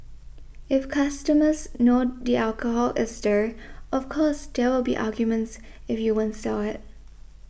if customers know the alcohol is there of course there will be arguments if you won't sell it